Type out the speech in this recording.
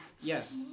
Yes